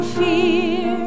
fear